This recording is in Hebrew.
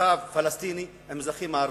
מרחב פלסטיני עם אזרחים ערבים.